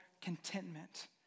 contentment